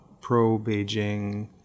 pro-Beijing